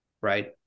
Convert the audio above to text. right